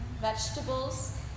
vegetables